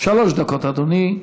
שלוש דקות, אדוני.